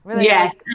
Yes